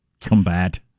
combat